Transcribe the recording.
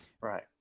Right